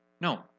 No